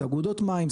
זה אגודות מים,